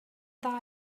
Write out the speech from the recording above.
dda